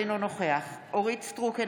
אינו נוכח אורית מלכה סטרוק,